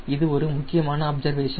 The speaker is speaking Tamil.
இது ஒரு முக்கியமான அப்சர்வேஷன்